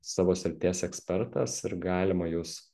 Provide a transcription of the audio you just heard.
savo srities ekspertas ir galima jus